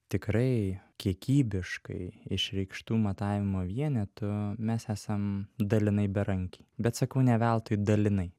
tikrai kiekybiškai išreikštų matavimo vienetų mes esam dalinai berankiai bet sakau ne veltui dalinai